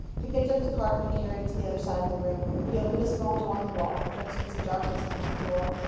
he picked up the carton and carried it to the other side of the room. he opened a small door in the wall jonas could see darkness behind the door.